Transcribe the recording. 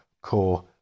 core